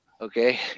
Okay